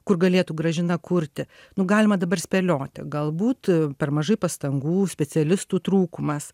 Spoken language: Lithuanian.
kur galėtų gražina kurti nu galima dabar spėlioti galbūt per mažai pastangų specialistų trūkumas